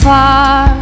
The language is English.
far